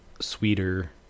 sweeter